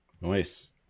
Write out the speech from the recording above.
Nice